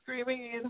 screaming